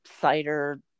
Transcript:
cider